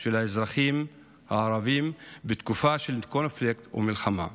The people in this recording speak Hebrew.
של האזרחים הערבים בתקופה של קונפליקט ומלחמה,